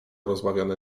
rozbawiony